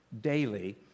daily